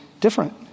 different